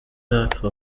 hafi